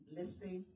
listen